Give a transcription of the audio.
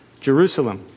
Jerusalem